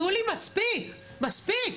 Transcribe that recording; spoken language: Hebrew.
שולי מספיק, מספיק.